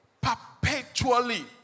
Perpetually